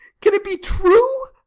can it be true?